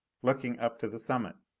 looking up to the summit.